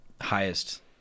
highest –